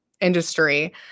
industry